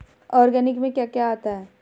Organic में क्या क्या आता है?